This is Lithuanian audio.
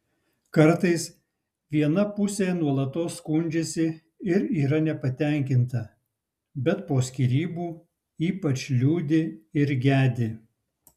kartais viena pusė nuolatos skundžiasi ir yra nepatenkinta bet po skyrybų ypač liūdi ir gedi